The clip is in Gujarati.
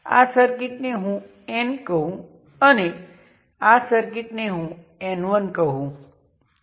તેથી આ બે પોર્ટ પેરામીટર સેટ શક્ય છે અને તે બધા સમાન છે